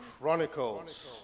Chronicles